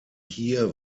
hier